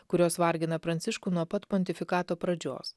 kurios vargina pranciškų nuo pat pontifikato pradžios